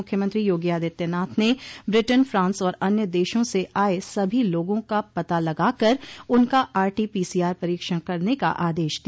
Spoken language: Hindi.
मुख्यमंत्री योगी आदित्यनाथ ने ब्रिटेन फ्रांस और अन्य देशों से आए सभी लोगों का पता लगाकर उनका आरटीपीसीआर परीक्षण करने का आदेश दिया